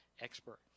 expert